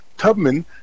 Tubman